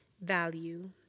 value